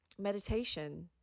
Meditation